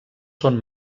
són